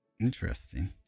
Interesting